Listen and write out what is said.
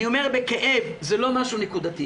אני אומר בכאב, זה לא משהו נקודתי.